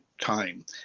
time